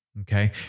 Okay